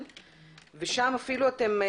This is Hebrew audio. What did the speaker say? שם אפילו אתם-